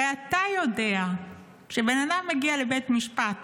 הרי אתה יודע שבן אדם מגיע לבית משפט